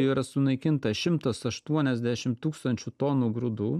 yra sunaikinta šitmas aštuoniasdešimt tūkstančių tonų grūdų